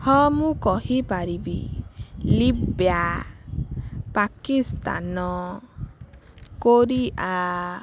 ହଁ ମୁଁ କହିପାରିବି ଲିବ୍ୟା ପାକିସ୍ତାନ କୋରିଆ